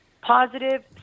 positive